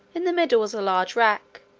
in the middle was a large rack,